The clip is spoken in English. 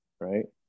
right